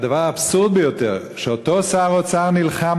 והדבר האבסורדי ביותר הוא שאותו שר אוצר נלחם